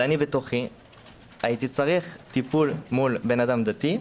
אבל אני בתוכי הייתי צריך טיפול מול אדם דתי,